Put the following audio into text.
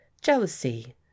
jealousy